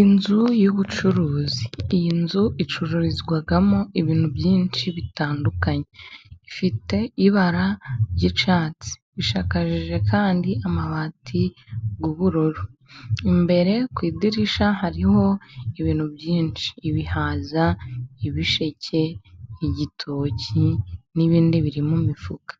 Inzu y'ubucuruzi, iyi nzu icururizwamo ibintu byinshi bitandukanye, ifite ibara ry'icyatsi ishakaje kandi amabati y'ubururu, imbere ku idirishya hariho ibintu byinshi ibihaza, ibisheke, igitoki n'ibindi biri mu mifuka.